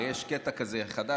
הרי יש קטע כזה חדש,